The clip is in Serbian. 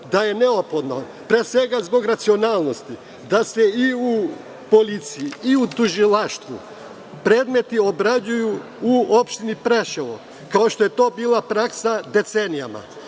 da je neophodno, pre svega zbog racionalnosti, da se i u policiji, i u tužilaštvu predmeti obrađuju u opštini Preševo, kao što je to bila praksa decenijama.